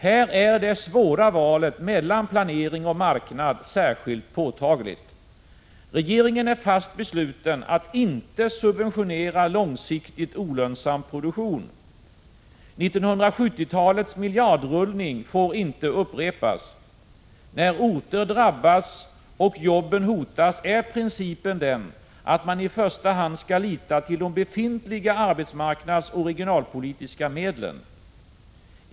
Här är det svåra valet mellan planering och marknad särskilt påtagligt. Regeringen är fast besluten att inte subventionera långsiktigt olönsam produktion. 1970 talets miljardrullning får inte upprepas. När orter drabbas och jobben hotas är principen den att man i första hand skall lita till de befintliga arbetsmarknadsoch regionalpolitiska medlen.